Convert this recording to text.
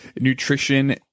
nutrition